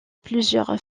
plusieurs